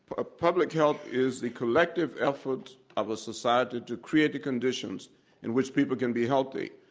ah public health is the collective efforts of a society to create the conditions in which people can be healthy.